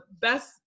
best